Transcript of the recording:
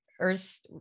Earth